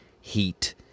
heat